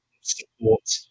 support